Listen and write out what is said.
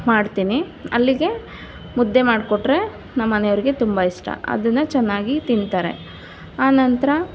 ಮಾಡ್ತೀನಿ ಅಲ್ಲಿಗೆ ಮುದ್ದೆ ಮಾಡಿಕೊಟ್ಟರೆ ನಮ್ಮನೆಯವರಿಗೆ ತುಂಬ ಇಷ್ಟ ಅದನ್ನು ಚೆನ್ನಾಗಿ ತಿಂತಾರೆ ಆ ನಂತರ